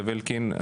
זאב אלקין,